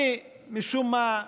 אני משום מה,